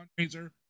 fundraiser